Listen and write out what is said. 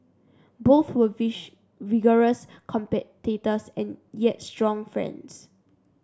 both were wish vigorous competitors and yet strong friends